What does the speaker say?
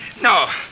No